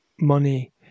money